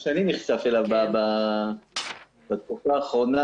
ממה שאני נחשף אליו בתקופה האחרונה,